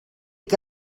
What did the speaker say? que